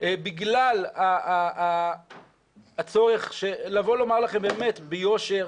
בגלל הצורך לבוא ולומר לכם באמת ביושר,